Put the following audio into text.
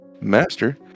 master